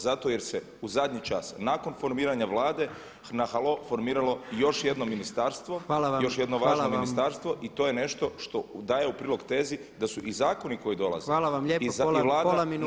Zato jer se u zadnji čas nakon formiranja Vlade na halo formiralo još jedno ministarstvo, još jedno važno ministarstvo [[Upadica Jandroković: Hvala vam.]] i to je nešto što daje u prilog tezi da su i zakoni koji dolaze